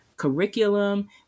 curriculum